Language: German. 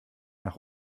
nach